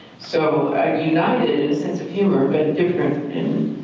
so united in a sense of humor, but different in